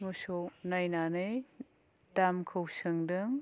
मोसौ नायनानै दामखौ सोंदों